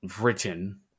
written